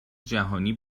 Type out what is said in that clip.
جهانی